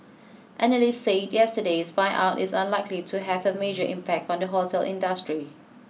analysts said yesterday's buyout is unlikely to have a major impact on the hotel industry